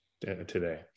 today